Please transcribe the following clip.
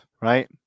right